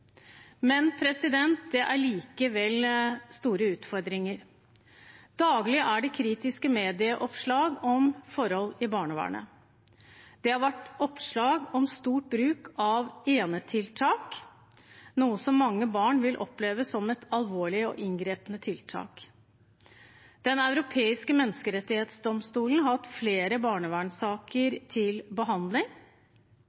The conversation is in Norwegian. likevel store utfordringer. Daglig er det kritiske medieoppslag om forhold i barnevernet. Det har vært oppslag om stor bruk av enetiltak, noe mange barn vil oppleve som et alvorlig og inngripende tiltak. Den europeiske menneskerettsdomstol har hatt flere